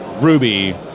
Ruby